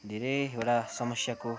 धेरैवटा समस्याको